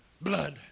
blood